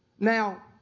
Now